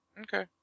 Okay